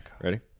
Ready